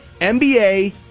NBA